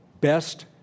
Best